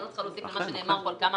אני לא צרכה להוסיף על מה שנאמר פה כמה